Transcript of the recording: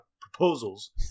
proposals